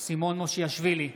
סימון מושיאשוילי,